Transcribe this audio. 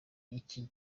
iki